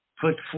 put